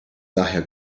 daher